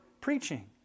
preaching